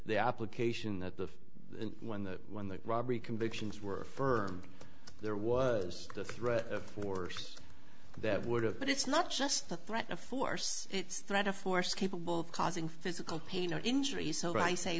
the application that the when the when the robbery convictions were firm there was the threat of force that would have but it's not just the threat of force it's threat of force capable of causing physical pain or injury so i say